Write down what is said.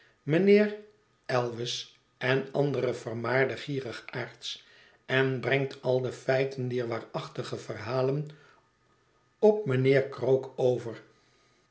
mijnheer elwes en andere vermaarde gierigaards en brengt al de feiten dier waarachtige verhalen op mijnheer krook over